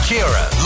Kira